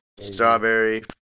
Strawberry